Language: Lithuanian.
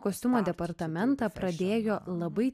kostiumo departamentą pradėjo labai